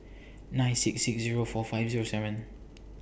nine six six Zero four five Zero seven